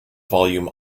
volume